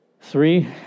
Three